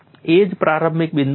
એ જ પ્રારંભિક બિંદુ છે